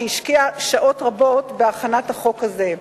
שהשקיע שעות רבות בהכנת החוק הזה.